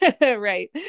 Right